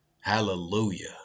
Hallelujah